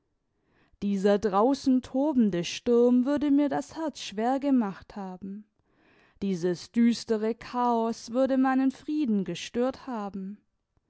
dieser draußen tobende sturm würde mir das herz schwer gemacht haben dieses düstere chaos würde meinen frieden gestört haben